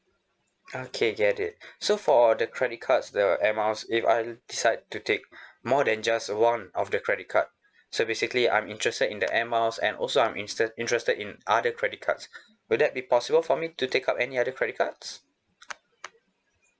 okay get it so for the credit cards the air miles if I decide to take more than just uh one of the credit card so basically I'm interested in the air miles and also I'm instead interested in other credit cards will that be possible for me to take up any other credit cards